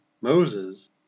Moses